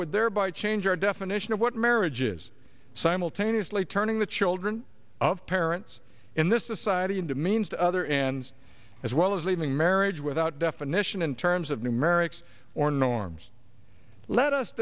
would thereby change our definition of what marriage is simultaneously turning the children of parents in this society into means other and as well as leaving marriage without definition in terms of numerics or norms let us